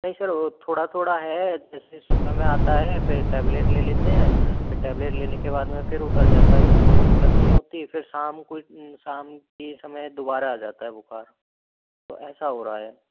नहीं सर वो थोड़ा थोड़ा है जैसे सुबह में आता है फ़िर टेबलेट ले लेते हैं फ़िर टेबलेट लेने के बाद में फ़िर उतर जाता है फ़िर कोई दिक्क्त नहीं होती फ़िर शाम को शाम के समय दुबारा आ जाता है बुखार तो ऐसा हो रहा है